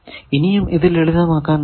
ഇനിയും ഇത് ലളിതമാക്കാൻ നോക്കാം